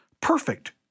perfect